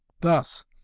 thus